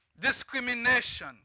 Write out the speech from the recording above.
discrimination